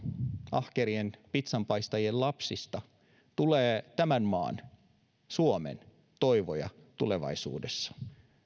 ahkerien pitsanpaistajien lapsista tulee tämän maan suomen toivoja tulevaisuudessa